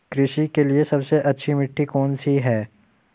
कृषि के लिए सबसे अच्छी मिट्टी कौन सी है?